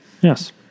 Yes